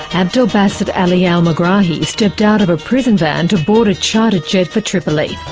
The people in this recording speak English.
abdel basset ali al-megrahi stepped out of a prison van to board a charter jet for tripoli.